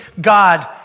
God